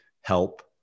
help